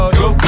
go